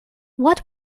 what